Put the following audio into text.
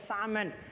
salmon